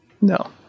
No